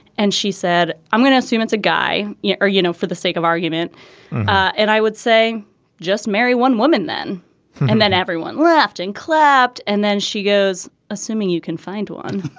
and she said i'm going to assume it's a guy yeah or you know for the sake of argument and i would say just marry one woman then and then everyone laughed and clapped and then she goes assuming you can find one.